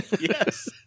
Yes